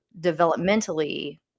developmentally